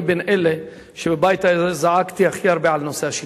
אני בין אלה בבית הזה שזעקו הכי הרבה על נושא השיכון,